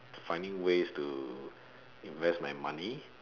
finding ways to invest my money